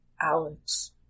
Alex